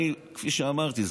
כפי שאמרתי,